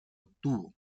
obtuvo